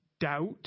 doubt